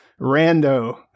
rando